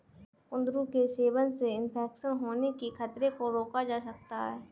कुंदरू के सेवन से इन्फेक्शन होने के खतरे को रोका जा सकता है